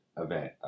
event